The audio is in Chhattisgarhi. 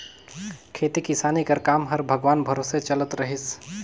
खेती किसानी कर काम हर भगवान भरोसे चलत रहिस